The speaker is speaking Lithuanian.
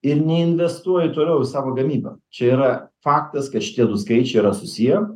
ir neinvestuoji toliau į savo gamybą čia yra faktas kad šitie du skaičiai yra susiję